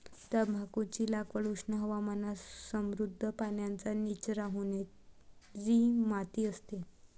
तंबाखूची लागवड उष्ण हवामानात समृद्ध, पाण्याचा निचरा होणारी माती असते